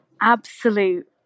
absolute